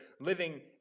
living